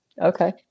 Okay